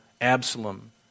Absalom